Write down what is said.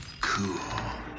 Cool